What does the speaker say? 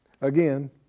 Again